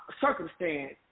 circumstance